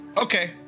Okay